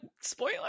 spoiler